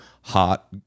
hot